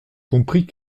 compris